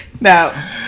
No